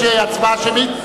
הצבעה שמית.